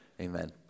Amen